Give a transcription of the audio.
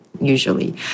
usually